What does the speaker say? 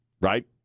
Right